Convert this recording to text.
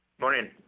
Morning